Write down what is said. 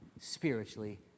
spiritually